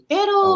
Pero